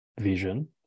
vision